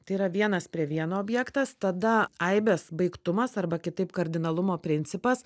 tai yra vienas prie vieno objektas tada aibės baigtumas arba kitaip kardinalumo principas